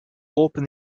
open